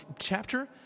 chapter